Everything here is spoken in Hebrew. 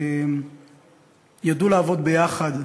שידעו לעבוד יחד,